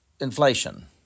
inflation